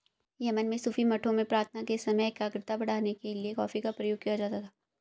Yemen में सूफी मठों में प्रार्थना के समय एकाग्रता बढ़ाने के लिए कॉफी का प्रयोग किया जाता था